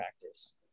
practice